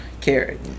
carrot